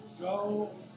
go